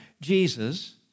Jesus